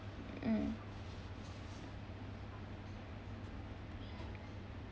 mm